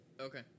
Okay